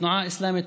התנועה האסלאמית,